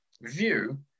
view